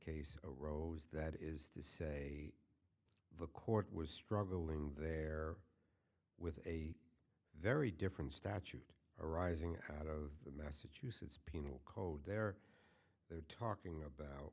case arose that is to say the court was struggling there with a very different statute arising out of the massachusetts penal code there they are talking about